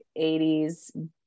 80s